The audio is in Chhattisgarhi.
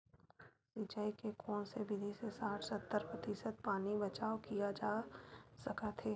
सिंचाई के कोन से विधि से साठ सत्तर प्रतिशत पानी बचाव किया जा सकत हे?